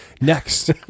next